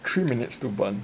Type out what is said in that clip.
three minutes to burn